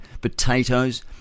Potatoes